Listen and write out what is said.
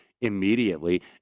immediately